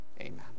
amen